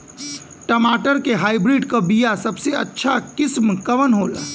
टमाटर के हाइब्रिड क बीया सबसे अच्छा किस्म कवन होला?